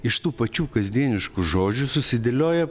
iš tų pačių kasdieniškų žodžių susidėlioja